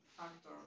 actor